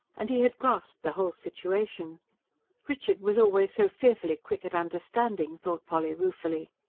and he had grasped the whole situation richard was always so fearfully quick at understanding, thought polly ruefully.